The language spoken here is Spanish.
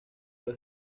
los